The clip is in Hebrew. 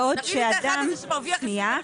תראי לי את האחד הזה שמרוויח 20,000 שקלים.